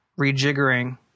rejiggering